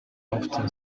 often